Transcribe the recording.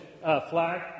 flag